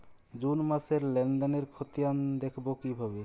June মাসের লেনদেনের খতিয়ান দেখবো কিভাবে?